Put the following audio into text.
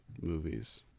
movies